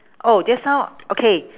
oh just now okay